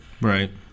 right